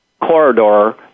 corridor